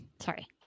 Sorry